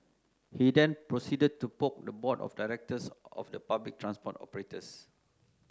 he then proceeded to poke the board of directors of the public transport operators